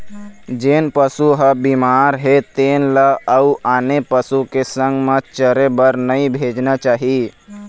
जेन पशु ह बिमार हे तेन ल अउ आने पशु के संग म चरे बर नइ भेजना चाही